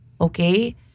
okay